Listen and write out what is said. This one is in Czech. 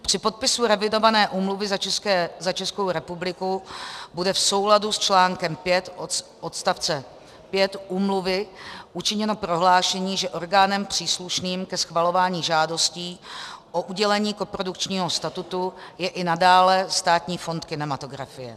Při podpisu revidované úmluvy za Českou republiku bude v souladu s článkem 5 odst. 5 úmluvy učiněno prohlášení, že orgánem příslušným ke schvalování žádostí o udělení koprodukčního statutu je i nadále Státní fond kinematografie.